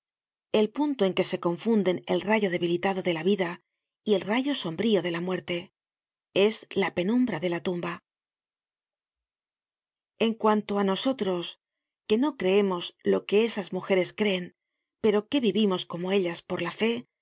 el punto en que se confunden el rayo debilitado de la vida y el rayo sombrío de la muerte es la penumbra de la tumba en cuanto á nosotros que no creemos lo que esas mujeres creen pero que vivimos como ellas por la fe